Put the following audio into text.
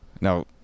Now